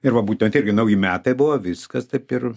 ir va būtent irgi nauji metai buvo viskas taip ir